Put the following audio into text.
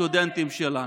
בסטודנטים שלנו.